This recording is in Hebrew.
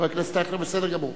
חבר הכנסת אייכלר, בסדר גמור.